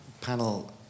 panel